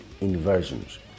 inversions